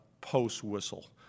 post-whistle